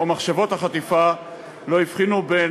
או מחשבות החטיפה לא הבחינו בין